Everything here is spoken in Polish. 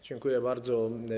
Dziękuję bardzo.